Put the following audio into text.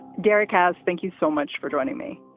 dairy has thank you so much for joining me.